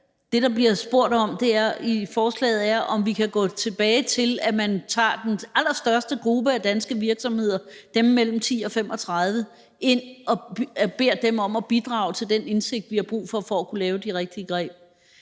Det, der bliver spurgt om i forslaget, er, om vi kan gå tilbage til, at man tager den allerstørste gruppe af danske virksomheder, altså dem med mellem 10 og 35 ansatte, og beder dem om at bidrage til den indsigt, vi har brug for, for at kunne lave de rigtige greb.